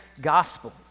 gospel